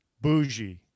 bougie